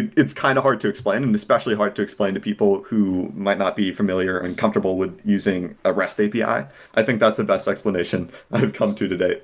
and it's kind of hard to explain and especially hard to explain to people who might not be familiar, uncomfortable with using a rest api. i i think that's the best explanation i've come to to-date